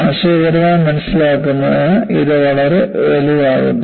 ആശയപരമായി മനസ്സിലാക്കുന്നതിന് ഇത് വളരെ വലുതാക്കുന്നു